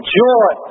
joy